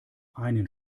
einen